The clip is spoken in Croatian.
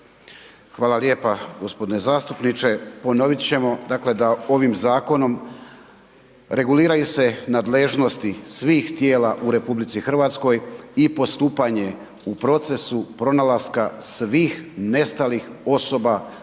Hvala lijepa g. zastupniče. Ponovit ćemo dakle da ovim zakonom reguliraju se nadležnosti svih tijela u RH i postupanje u procesu pronalaska svih nestalih osoba